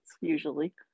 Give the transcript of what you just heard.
usually